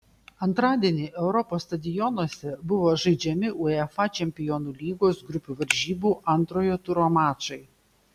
antradienį europos stadionuose buvo žaidžiami uefa čempionų lygos grupių varžybų antrojo turo mačai